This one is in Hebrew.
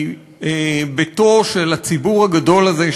היא ביתו של הציבור הגדול הזה,